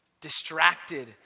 Distracted